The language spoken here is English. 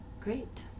Great